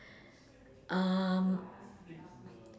um